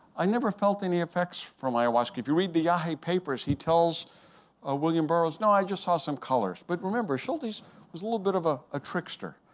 i never felt any effects from ayahuasca! if you read the ah papers, he tells ah william burroughs, no, i just saw some colors! but remember, schultes was a little bit of ah a trickster.